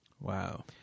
Wow